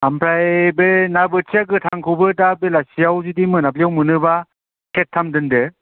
ओमफ्राय बे ना बोथिया गोथांखौबो दा बेलासियाव जुदि मोनाब्लिआव मोनोबा सेरथाम दोनदो